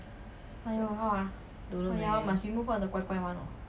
don't know man